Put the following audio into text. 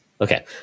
okay